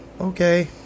Okay